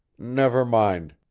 never mind,